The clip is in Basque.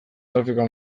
trafikoa